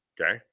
okay